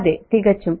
അതെ തികച്ചും